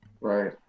Right